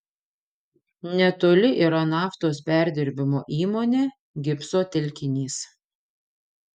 netoli yra naftos perdirbimo įmonė gipso telkinys